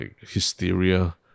hysteria